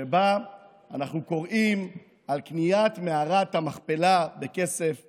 שבה אנחנו קוראים על קניית מערת המכפלה בכסף מלא.